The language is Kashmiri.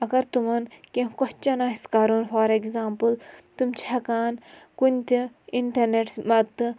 اگر تِمَن کینٛہہ کۄسچَن آسہِ کَرُن فار ایٚگزامپٕل تِم چھِ ہٮ۪کان کُنہِ تہِ اِنٹَرنٮ۪ٹَس مَدتہٕ